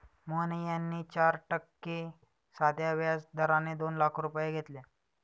मोहन यांनी चार टक्के साध्या व्याज दराने दोन लाख रुपये घेतले